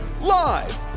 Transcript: Live